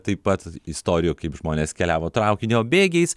taip pat istorijų kaip žmonės keliavo traukinio bėgiais